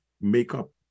makeup